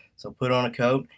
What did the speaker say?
so put on a coat,